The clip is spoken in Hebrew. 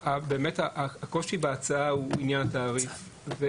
הקושי בהצעה הוא עניין התעריף.